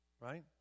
right